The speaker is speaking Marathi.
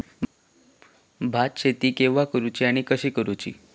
भात शेती केवा करूची आणि कशी करुची?